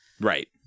Right